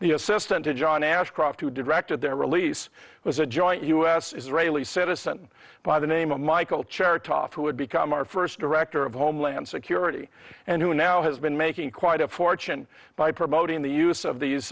the assistant to john ashcroft who directed their release was a joint us israeli citizen by the name of michael chertoff who would become our first director of homeland security and who now has been making quite a fortune by promoting the use of these